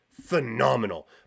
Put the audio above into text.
phenomenal